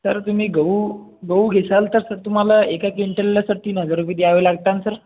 sir तुम्ही गहू गहू घेसाल तर सर तुम्हाला एका क्विंटलला सर तीन हजार रुपये द्यावं लागतान सर